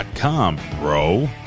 bro